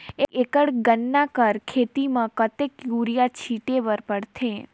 एक एकड़ गन्ना कर खेती म कतेक युरिया छिंटे बर पड़थे?